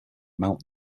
amount